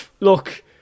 look